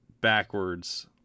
backwards